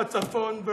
לא הצפון,